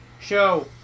Show